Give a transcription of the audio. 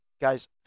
guys